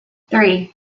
three